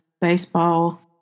baseball